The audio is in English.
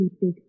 big